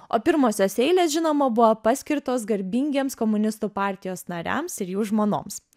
o pirmosios eilės žinoma buvo paskirtos garbingiems komunistų partijos nariams ir jų žmonoms